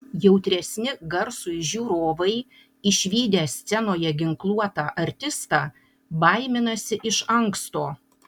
jautresni garsui žiūrovai išvydę scenoje ginkluotą artistą baiminasi iš anksto